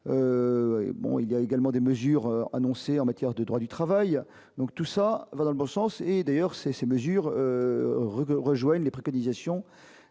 il y a également des mesures annoncées en matière de droit du travail, donc tout ça va dans le bon sens et d'ailleurs ces ces mesures regrets rejoignent les préconisations